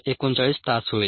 39 तास होईल